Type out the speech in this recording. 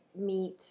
meat